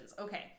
Okay